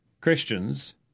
Christians